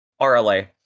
RLA